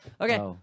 okay